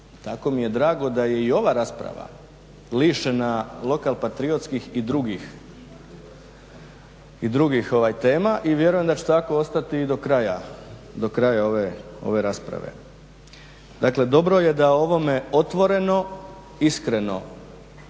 tako mi je drago da je i ova rasprava lišena lokal-patriotskih i drugih tema i vjerujem da će i tako ostati i do kraja ove rasprave. Dakle, dobro je da o ovome otvoreno, iskreno